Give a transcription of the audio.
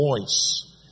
voice